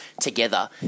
together